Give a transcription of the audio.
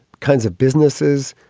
kinds of businesses.